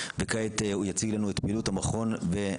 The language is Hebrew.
וכעת הוא יציג לנו את פעילות המכון ואת